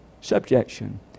subjection